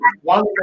one